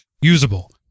usable